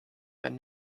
been